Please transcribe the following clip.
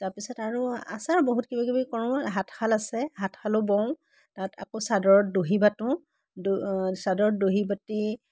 তাৰ পিছত আৰু আচাৰ বহুত কিবা কিবি কৰোঁ হাত শাল আছে হাত শালো বওঁ তাত আকৌ চাদৰত দহি বাটো দ চাদৰত দহি বাটি